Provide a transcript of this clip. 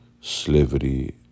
slavery